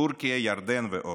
מטורקיה, מירדן ועוד.